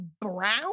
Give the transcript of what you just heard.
brown